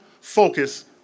focus